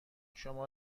شما